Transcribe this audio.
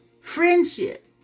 Friendship